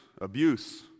abuse